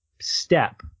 step